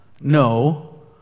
no